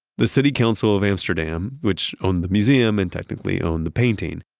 the city council of amsterdam, which owned the museum and technically owned the painting,